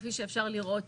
כפי שאפשר לראות,